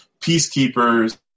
peacekeepers